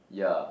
yeah